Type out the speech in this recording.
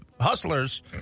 hustlers